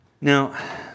Now